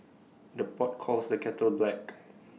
the pot calls the kettle black